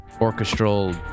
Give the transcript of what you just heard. orchestral